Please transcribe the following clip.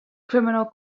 criminal